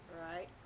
right